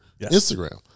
Instagram